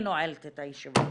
אני נועלת את הישיבה.